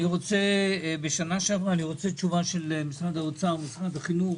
אני רוצה תשובה של משרדי האוצר והחינוך